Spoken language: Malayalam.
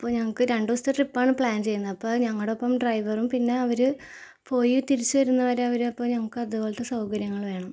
അപ്പോൾ ഞങ്ങൾക്ക് രണ്ട് ദിവസത്തെ ട്രിപ്പാണ് പ്ലാന് ചെയ്യുന്നത് അപ്പോൾ ഞങ്ങളോടൊപ്പം ഡ്രൈവറും പിന്നെ അവർ പോയി തിരിച്ചു വരുന്നത് വരെ അവർ അപ്പോൾ ഞങ്ങൾക്ക് അത് പോലത്തെ സൗകര്യങ്ങൾ വേണം